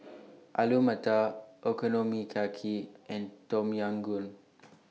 Alu Matar Okonomiyaki and Tom Yam Goong